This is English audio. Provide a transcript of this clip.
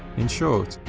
in short,